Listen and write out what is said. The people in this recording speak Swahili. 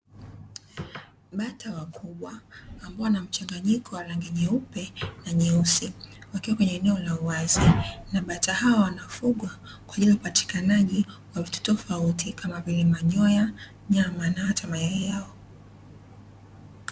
Bata wakubwa ambao wanamchanganyiko wa rangi nyeupe na nyeusi wakiwa kwenye eneo la uwazi, na bata hawa wanafugwa kwa ajili ya upatikanaji wa vitu tofauti kama vile manyoya, nyama na hata mayai yao.